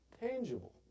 tangible